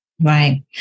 Right